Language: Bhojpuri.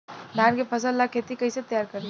धान के फ़सल ला खेती कइसे तैयार करी?